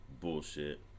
Bullshit